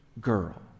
girl